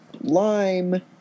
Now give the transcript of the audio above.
lime